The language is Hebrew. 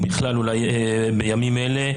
ובכלל אולי בימים אלה.